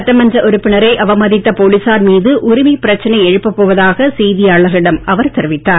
சட்டமன்ற உறுப்பினரை அவமதித்த போலிசார் மீது உரிமைச் பிரச்சனை எழுப்ப போவதாக செய்தியாளர்களிடம் அவர் தெரிவித்தார்